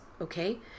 okay